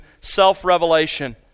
self-revelation